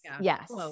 yes